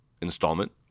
installment